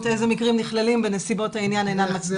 איזה מקרים נכללים ב'נסיבות העניין אינן מצדיקות'.